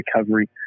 recovery